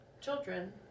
children